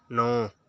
ਨੌਂ